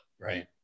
Right